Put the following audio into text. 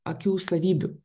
akių savybių